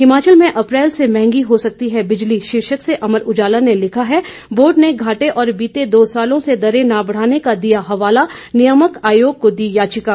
हिमाचल में अप्रैल से महंगी हो सकती है बिजली शीर्षक से अमर उजाला ने लिखा है बोर्ड ने घाटे और बीते दो सालों से दरें न बढ़ाने का दिया हवाला नियामक आयोग को दी याचिका